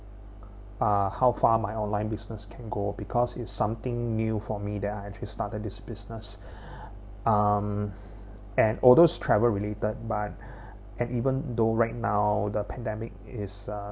uh how far my online business can go because it something new for me that I actually started this business um and all those travel related but and even though right now the pandemic is uh